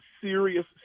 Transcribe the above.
serious